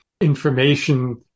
information